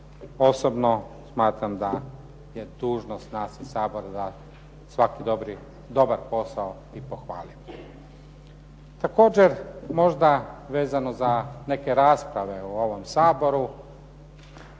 Osobno smatram da je dužnost nas iz Sabora da svaki dobar posao i pohvalimo. Također možda vezano za neke rasprave u ovom Saboru